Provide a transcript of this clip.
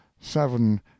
seven